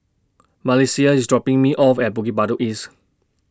Malissie IS dropping Me off At Bukit Batok East